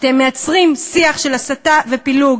אתם מייצרים שיח של הסתה ופילוג,